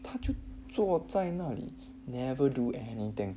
他就坐在那里 never do anything